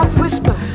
whisper